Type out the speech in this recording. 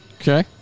Okay